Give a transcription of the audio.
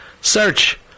Search